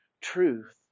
truth